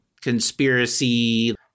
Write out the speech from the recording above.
conspiracy